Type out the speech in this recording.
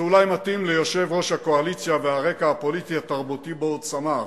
זה אולי מתאים ליושב-ראש הקואליציה והרקע הפוליטי והתרבותי שבו הוא צמח,